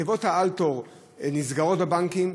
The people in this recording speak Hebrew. תיבות האל-תור נסגרות בבנקים,